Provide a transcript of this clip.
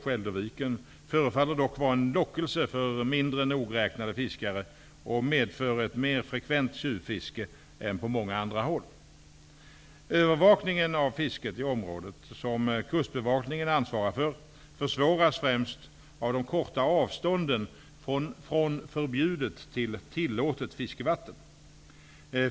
Skälderviken förefaller dock vara en lockelse för mindre nogräknade fiskare och medför ett mer frekvent tjuvfiske än på många andra håll. Kustbevakningen ansvarar för, försvåras främst av de korta avstånden från förbjudet till tillåtet fiskevatten.